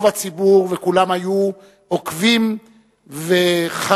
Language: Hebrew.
רוב הציבור וכולם היו עוקבים וחרדים,